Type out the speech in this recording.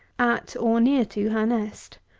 at, or near to, her nest.